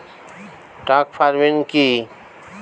Truck farming কি?